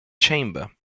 chamber